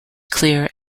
clear